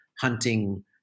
hunting